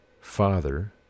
father